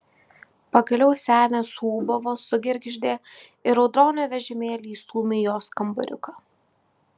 pagaliau senė suūbavo sugergždė ir audronė vežimėlį įstūmė į jos kambariuką